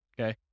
Okay